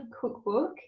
cookbook